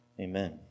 Amen